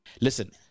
Listen